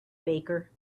baker